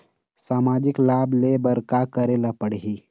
सामाजिक लाभ ले बर का करे ला पड़ही?